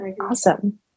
Awesome